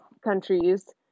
countries